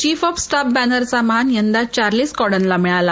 chief of staff या बॅनरचा मान यंदा चार्लिस कॉडनला मिळाला